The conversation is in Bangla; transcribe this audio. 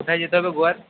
কোথায় যেতে হবে গোয়ার